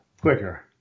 Quicker